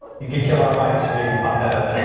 you can killer mike's maybe pop that up. and